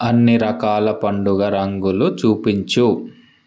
అన్ని రకాల పండుగ రంగులు చూపించు